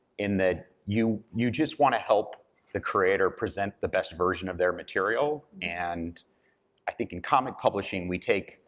in that you you just wanna help the creator present the best version of their material, and i think in comic publishing, we take,